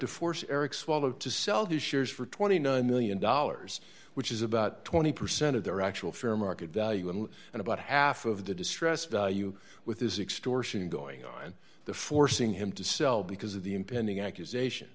to force eric swallow to sell his shares for twenty nine million dollars which is about twenty percent of their actual fair market value and about half of the distress value with his extraordinary going on the forcing him to sell because of the impending accusation